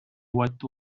what